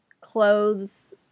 clothes